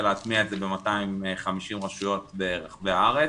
להטמיע את זה ב-250 הרשויות בערך בארץ.